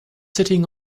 sitting